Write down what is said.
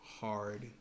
hard